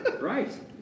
right